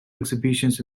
exhibitions